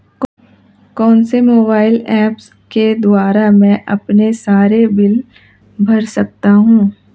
कौनसे mobile apps के द्वारा मैं अपने सारे बिल भर सकता हूं?